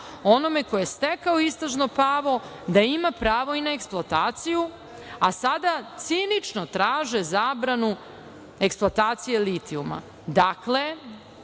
onome koje stekao istražno pravo da ima pravo i na eksploataciju, a sada cinično traže zabranu eksploatacije litijuma. Dakle,